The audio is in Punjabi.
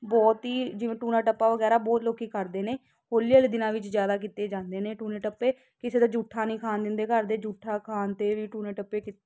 ਬਹੁਤ ਹੀ ਜਿਵੇਂ ਟੂਣਾ ਟੱਪਾ ਵਗੈਰਾ ਬਹੁਤ ਲੋਕ ਕਰਦੇ ਨੇ ਹੋਲੀ ਵਾਲੇ ਦਿਨਾਂ ਵਿੱਚ ਜ਼ਿਆਦਾ ਕੀਤੇ ਜਾਂਦੇ ਨੇ ਟੂਣੇ ਟੱਪੇ ਕਿਸੇ ਦਾ ਜੂਠਾ ਨਹੀਂ ਖਾਣ ਦਿੰਦੇ ਘਰ ਦੇ ਜੂਠਾ ਖਾਣ 'ਤੇ ਵੀ ਟੂਣੇ ਟੱਪੇ ਕੀ